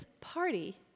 party